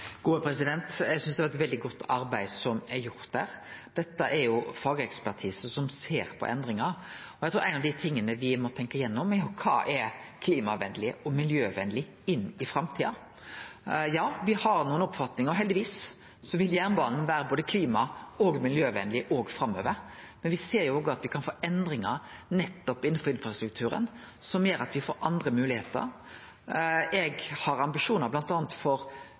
det er eit veldig godt arbeid som er gjort der. Dette er fagekspertise som ser på endringar. Eg trur ein av dei tinga me må tenkje igjennom, er: Kva er klimavenleg og miljøvenleg inn i framtida? Ja, me har nokre oppfatningar, og heldigvis vil jernbanen vere både klima- og miljøvenleg også framover, men me ser at me kan få endringar innanfor infrastrukturen som gjer at me får andre moglegheiter. Eg har ambisjonar bl.a. for